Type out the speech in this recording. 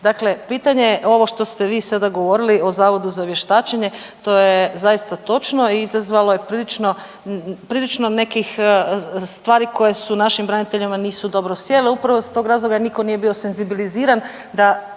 Dakle, pitanje ovo što ste vi sada govorili o Zavodu za vještačenje, to je zaista točno i izazvalo je prilično nekih stvari koje su našim braniteljima nisu dobro sjele, upravo iz tog razloga jer nitko nije bio senzibiliziran da